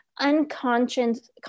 unconscious